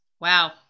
Wow